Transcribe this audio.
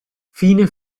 fine